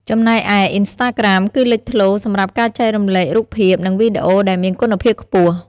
ចំណែកឯ អ៊ីនស្តាក្រាម គឺលេចធ្លោសម្រាប់ការចែករំលែករូបភាព និងវីដេអូដែលមានគុណភាពខ្ពស់។